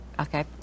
Okay